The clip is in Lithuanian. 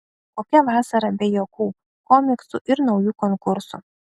kokia vasara be juokų komiksų ir naujų konkursų